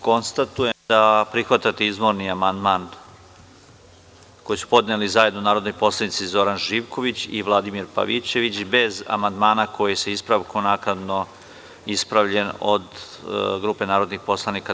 Konstatujem da prihvatate izvorni amandman koji su podneli zajedno narodni poslanici Zoran Živković i Vladimir Pavićević bez amandmana koji je sa ispravkom naknadno ispravljen od grupe narodnih poslanika DS.